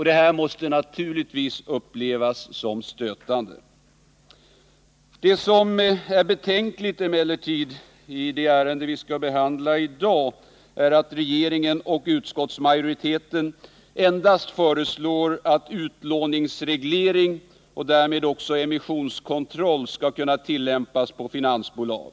Detta måste naturligtvis upplevas som stötande. Det som är betänkligt i det ärende vi behandlar i dag är emellertid att regeringen och utskottsmajoriteten endast föreslår att utlåningsreglering och därmed också emissionskontroll skall kunna tillämpas på finansbolag.